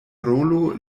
rolo